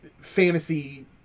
fantasy